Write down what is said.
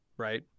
Right